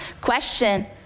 Question